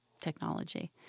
technology